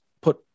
put